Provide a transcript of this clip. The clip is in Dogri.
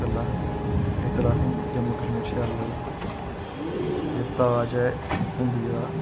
कल्ला इद्धर असेंगी जम्मू कश्मीर शैल लगदा एह् ताज़ ऐ इंडिया दा